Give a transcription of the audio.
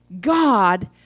God